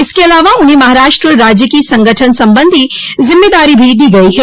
इसके अलावा उन्हें महाराष्ट्र राज्य की संगठन सम्बन्धी ज़िम्मेदारी भी दी गयी है